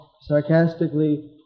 sarcastically